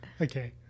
okay